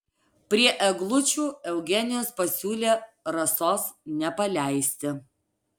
prie eglučių eugenijus pasiūlė rasos nepaleisti